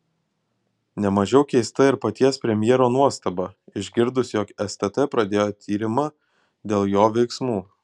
ne mažiau keista ir paties premjero nuostaba išgirdus jog stt pradėjo tyrimą dėl jo veiksmų